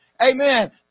amen